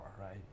right